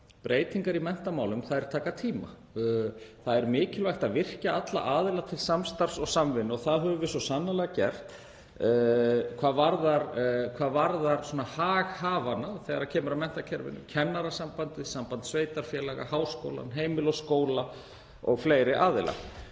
breytingar í menntamálum taka tíma. Það er mikilvægt að virkja alla aðila til samstarfs og samvinnu og það höfum við svo sannarlega gert hvað varðar haghafana þegar kemur að menntakerfinu, Kennarasambandið, Samband sveitarfélaga, háskólana, Heimili og skóla og fleiri aðila.